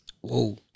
Whoa